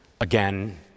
again